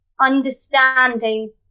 understanding